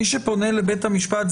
מי שפונה לבית המשפט,